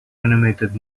animated